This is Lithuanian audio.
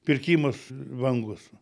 pirkimas vangus